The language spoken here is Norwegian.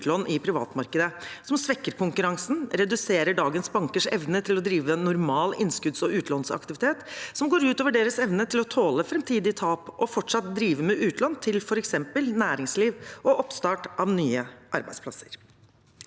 i privatmarkedet, som svekker konkurransen og reduserer dagens bankers evne til å drive normal innskudds- og utlånsaktivitet, noe som går ut over deres evne til å tåle framtidige tap og fortsatt drive med utlån til f.eks. næringsliv og oppstart av nye arbeidsplasser.